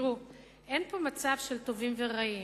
אין פה מצב של טובים ורעים,